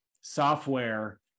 software